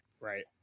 right